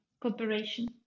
cooperation